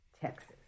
Texas